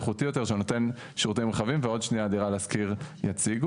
איכותי יותר שנותן שירותים רחבים ועוד שניה דירה להשכיר יציגו.